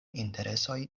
interesoj